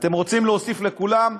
אתם רוצים להוסיף לכולם,